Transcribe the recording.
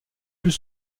plus